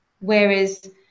whereas